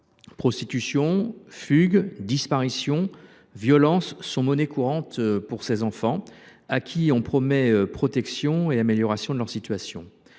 Prostitution, fugues, disparitions, violences sont monnaie courante pour ces enfants qui attendent de nous une amélioration de leur situation.